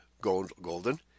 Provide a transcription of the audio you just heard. golden